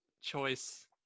choice